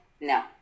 No